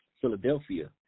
Philadelphia